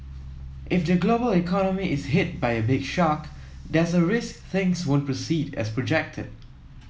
if the global economy is hit by a big shock there's a risk things won't proceed as projected